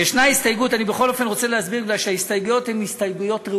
אני בכל זאת רוצה להסביר, כי ההסתייגויות ראויות.